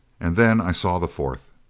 and then i saw the fourth.